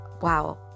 wow